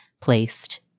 placed